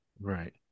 Right